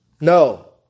No